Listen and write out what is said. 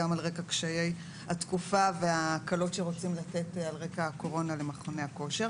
גם על רקע קשיי התקופה וההקלות שרוצים לתת על רקע הקורונה למכוני הכושר.